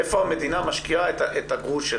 איפה המדינה משקיעה את הגרוש שלה.